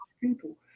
people